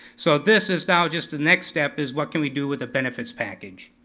so this is now just the next step, is what can we do with a benefits package?